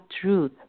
truth